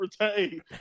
retain